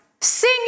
Sing